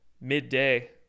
midday